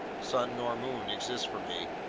sun nor moon, exist for me,